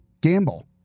gamble